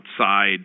outside